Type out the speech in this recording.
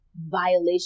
violation